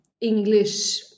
English